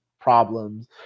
problems